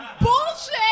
bullshit